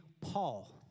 Paul